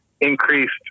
increased